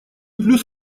плюс